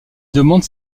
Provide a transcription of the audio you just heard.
demande